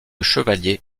chevalier